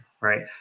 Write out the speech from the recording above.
Right